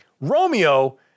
Romeo